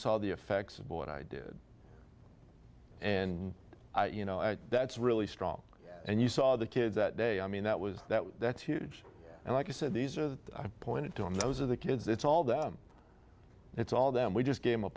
saw the effects of what i did and you know that's really strong and you saw the kid that day i mean that was that that's huge and like i said these are the points on those of the kids it's all them it's all there and we just gave him a